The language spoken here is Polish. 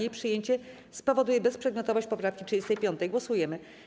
Jej przyjęcie spowoduje bezprzedmiotowość poprawki 35. Głosujemy.